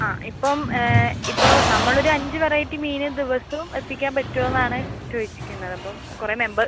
ആ ഇപ്പം ഇപ്പോൾ നമ്മളൊരു അഞ്ച് വെറൈറ്റി മീൻ ദിവസവും എത്തിക്കാൻ പറ്റോന്നാണ് ഉദ്ദേശിക്കുന്നത് അപ്പം കുറെ മെമ്പർ